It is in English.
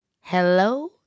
Hello